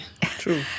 true